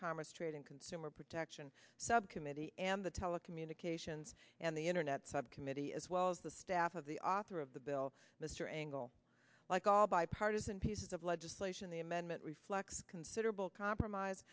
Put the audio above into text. trade and consumer protection subcommittee and the telecommunications and the internet subcommittee as well as the staff of the author of the bill mr angle like all bipartisan pieces of legislation the amendment reflects considerable compromise